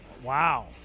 Wow